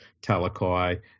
Talakai